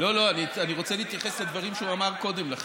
אני רוצה להתייחס לדברים שהוא אמר קודם לכן.